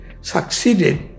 succeeded